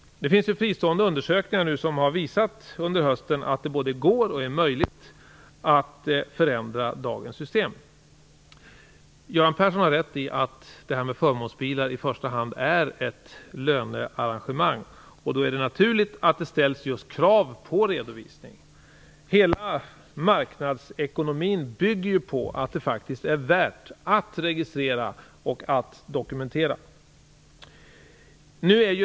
Det finns fristående undersökningar som under hösten visat att det är möjligt att förändra dagens system. Göran Persson har rätt i att det här med förmånsbilar i första hand är ett lönearrangemang. Då är det naturligt att det ställs just krav på redovisning. Hela marknadsekonomin bygger ju på att det faktiskt är värt att registrera och dokumentera.